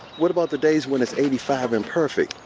what about the days when it's eighty five and perfect?